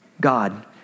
God